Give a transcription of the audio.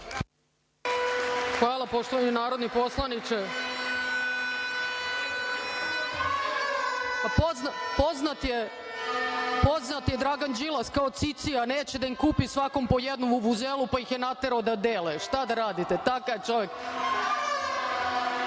Hvala poštovani narodni poslaniče. Poznat je Dragan Đilas kao cicija, neće da im kupi svakom po jednu vuvuzelu, pa ih je naterao da dele, šta da radite, takav je